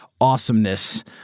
awesomeness